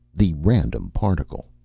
the random particle.